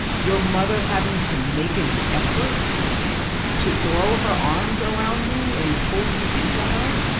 your mother having to make an effort to throw her arms around you and pull you into her?